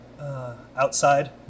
outside